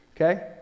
okay